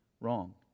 wrong